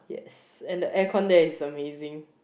and the air con there is amazing